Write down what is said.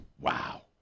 Wow